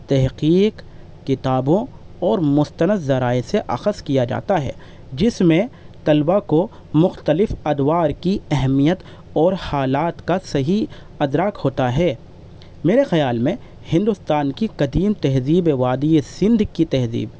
تحقیق کتابوں اور مستند ذرائع سے اخذ کیا جاتا ہے جس میں طلبہ کو مختلف ادوار کی اہمیت اور حالات کا صحیح ادراک ہوتا ہے میرے خیال میں ہندوستان کی قدیم تہذیب ہے وادیٔ سندھ کی تہذیب